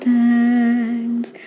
thanks